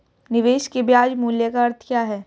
निवेश के ब्याज मूल्य का अर्थ क्या है?